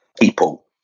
people